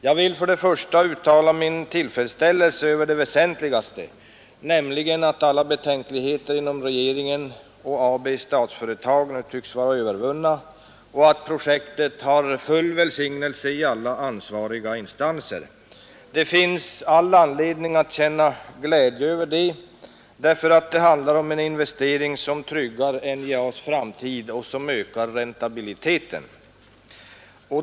Jag vill först uttala min tillfredsställelse över det väsentligaste, nämligen att alla betänkligheter inom regeringen och Statsföretag AB nu tycks vara övervunna och att projektet har full välsignelse i alla ansvariga instanser. Det finns all anledning att känna glädje över detta, eftersom det handlar om en investering som tryggar NJA:s framtid och ökar räntabiliteten.